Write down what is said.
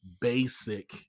basic